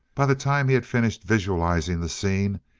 by the time he had finished visualizing the scene,